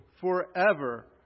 forever